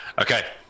Okay